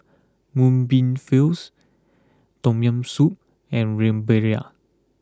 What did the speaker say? Mung Bean Fills Tom Yam Soup and Rempeyek